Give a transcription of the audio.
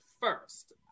first